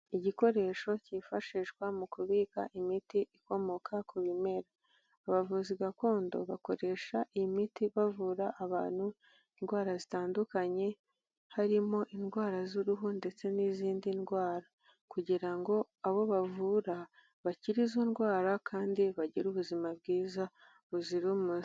Igikoresho cyifashishwa mu kubika imiti ikomoka ku bimera, abavuzi gakondo bakoresha iyi miti bavura abantu indwara zitandukanye, harimo indwara z'uruhu ndetse n'izindi ndwara kugira ngo abo bavura bakire izo ndwara kandi bagire ubuzima bwiza buzira umuze.